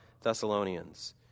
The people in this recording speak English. Thessalonians